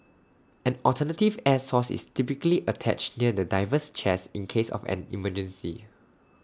an alternative air source is typically attached near the diver's chest in case of an emergency